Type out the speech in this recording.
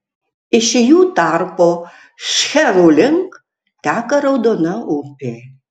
iš jų tarpo šcherų link teka raudona upė